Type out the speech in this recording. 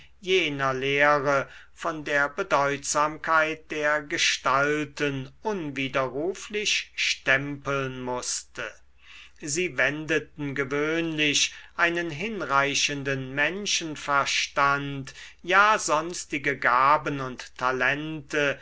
jener lehre von der bedeutsamkeit der gestalten unwiderruflich stempeln mußte sie wendeten gewöhnlich einen hinreichenden menschenverstand ja sonstige gaben und talente